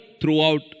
throughout